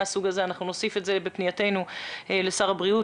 אנחנו נוסיף את זה בפנייתנו לשר הבריאות